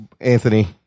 Anthony